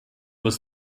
was